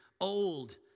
old